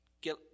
Get